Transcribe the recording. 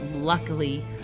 luckily